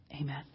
Amen